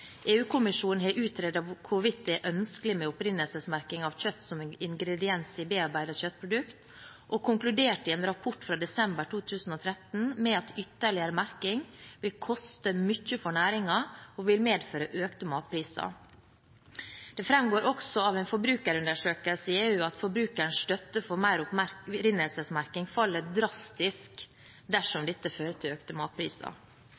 hvorvidt det er ønskelig med opprinnelsesmerking av kjøtt som ingrediens i bearbeidede kjøttprodukter, og konkluderte i en rapport fra desember 2013 med at ytterligere merking vil koste mye for næringen og vil medføre økte matpriser. Det framgår også av en forbrukerundersøkelse i EU at forbrukerens støtte for mer opprinnelsesmerking faller drastisk dersom dette fører til økte matpriser.